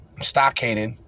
Stockaded